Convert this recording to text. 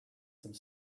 some